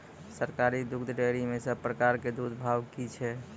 सरकारी दुग्धक डेयरी मे सब प्रकारक दूधक भाव की छै?